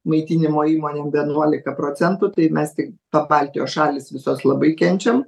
maitinimo įmonių vienuolika procentų tai mes tik pabaltijos šalys visos labai kenčiam